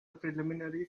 preliminary